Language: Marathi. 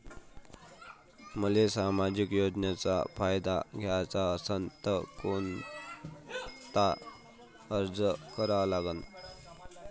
मले सामाजिक योजनेचा फायदा घ्याचा असन त कोनता अर्ज करा लागन?